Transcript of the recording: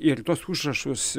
ir tuos užrašus